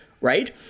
right